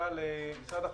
למשרד החקלאות,